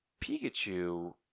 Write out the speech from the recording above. Pikachu